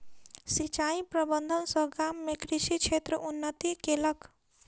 सिचाई प्रबंधन सॅ गाम में कृषि क्षेत्र उन्नति केलक